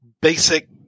basic